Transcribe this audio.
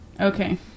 Okay